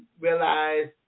realize